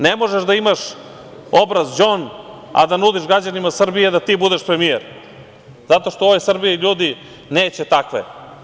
Ne možeš da imaš obraz-đon, a da nudiš građanima Srbije da ti budeš premijer, zato što u ovoj Srbiji ljudi neće takve.